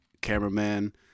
Cameraman